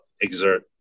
exert